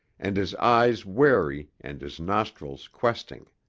and his eyes wary and his nostrils questing.